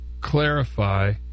clarify